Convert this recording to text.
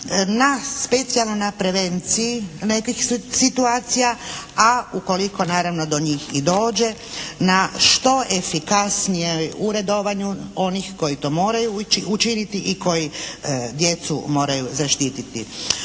na specijalno na prevenciji nekih situacija, a ukoliko naravno do njih i dođe, na što efikasnijem uredovanju onih koji to moraju učiniti i koji djecu moraju zaštititi.